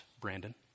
Brandon